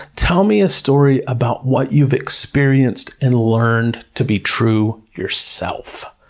tell me a story about what you've experienced and learned to be true yourself,